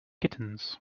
kittens